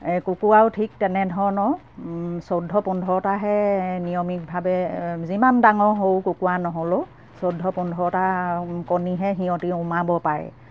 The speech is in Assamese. এই কুকুৰাও ঠিক তেনেধৰণৰ চৈধ্য পোন্ধৰতাহে নিয়মিতভাৱে যিমান ডাঙৰ সৰু কুকুৰা নহ'লেও চৈধ্য পোন্ধৰটা কণীহে সিহঁতি উমাব পাৰে